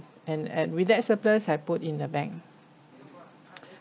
and and with that surplus I put in the bank